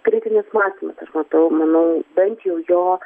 kritinis mąstymas matau manau bent jau jo